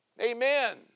Amen